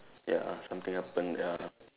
ya something happened ya